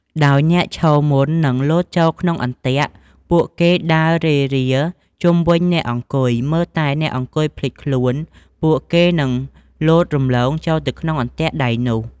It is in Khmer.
ដោយអ្នកឈរមុននឹងលោតចូលក្នុងអន្ទាក់ ពួកគេដើររេរាជុំវិញអ្នកអង្គុយ មើលតែអ្នកអង្គុយភ្លេចខ្លួន ពួកគេនឹងលោតរំលងចូលទៅក្នុងអន្ទាក់ដៃនោះ។